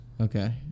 okay